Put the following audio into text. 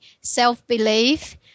self-belief